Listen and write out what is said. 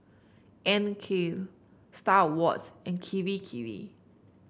Anne Klein Star Awards and Kirei Kirei